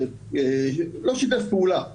לא שיתף פעולה בגדול.